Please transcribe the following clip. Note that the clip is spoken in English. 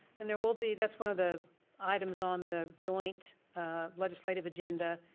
and there will be, that's one of the items on the joint legislative agenda,